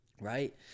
right